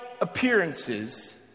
appearances